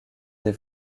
des